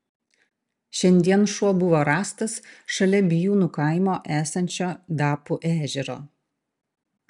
šiandien šuo buvo rastas šalia bijūnų kaimo esančio dapų ežero